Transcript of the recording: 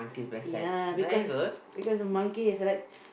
ya because because the monkey is like